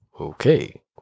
Okay